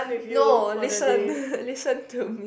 no listen listen to me